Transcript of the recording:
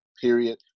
Period